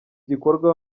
gikorwa